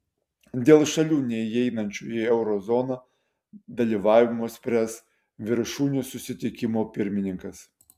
dėl šalių neįeinančių į euro zoną dalyvavimo spręs viršūnių susitikimo pirmininkas